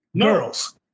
Girls